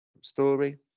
Story